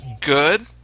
good